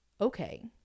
okay